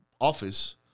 office